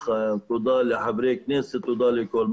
תודה לחברי הוועדה ולמנכ"ל משרד הפנים.